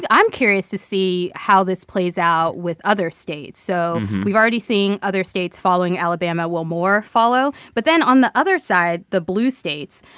i'm curious to see how this plays out with other states. so we've already seen other states following alabama. will more follow? but then on the other side, the blue states,